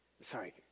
Sorry